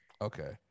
Okay